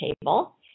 table